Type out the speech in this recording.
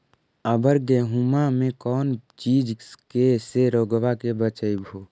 अबर गेहुमा मे कौन चीज के से रोग्बा के बचयभो?